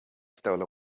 stole